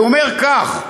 הוא אומר כך: